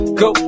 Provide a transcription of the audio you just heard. go